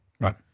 Right